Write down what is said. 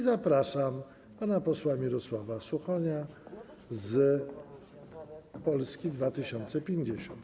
Zapraszam pana posła Mirosława Suchonia z Polski 2050.